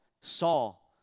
Saul